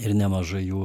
ir nemažai jų